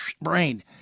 brain